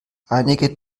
einige